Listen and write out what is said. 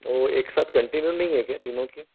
वह एक साथ कंटिन्यू नहीं है क्या तीनों की